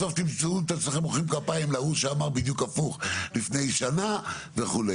בסוף תמצאו את עצמכם מוחאים כפיים להוא שאמר הפוך לפני שנה וכו'.